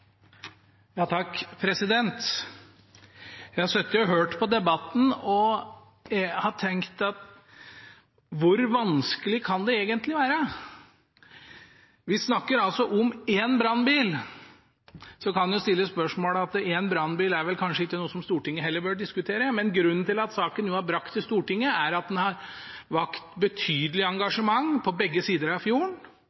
har tenkt: Hvor vanskelig kan det egentlig være? Vi snakker altså om en brannbil. Så kan man stille spørsmålet: En brannbil er vel heller ikke noe som Stortinget bør diskutere. Grunnen til at spørsmålet nå er brakt til Stortinget, er at det har vakt betydelig